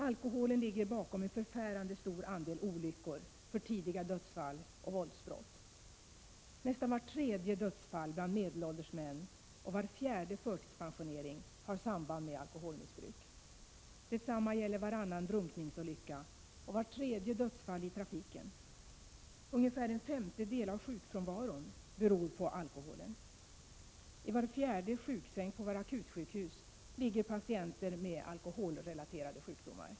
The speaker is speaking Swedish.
Alkoholen ligger bakom en förfärande stor andel olyckor, för tidiga dödsfall och våldsbrott. Nästan vart tredje dödsfall bland medelålders män och var fjärde förtidspensionering har samband med alkoholmissbruk. Detsamma gäller varannan drunkningsolycka och vart tredje dödsfall i trafiken. Ungefär en femtedel av sjukfrånvaron beror på alkoholen. I var fjärde sjuksäng på våra akutsjukhus ligger patienter med alkoholrelaterade sjukdomar.